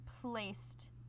placed